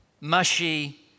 mushy